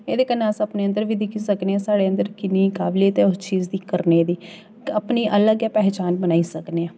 एह्दे कन्नै अस अपने अंदर बी दिक्खी सकने आं साढ़े अंदर किन्नी काबलियत ऐ उस चीज दी करने दी अपनी अलग गै पैहचान बनाई सकनेआं